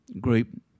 group